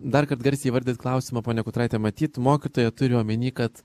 dar kad garsiai įvardyt klausimą ponia kutraite matyt mokytoja turiu omeny kad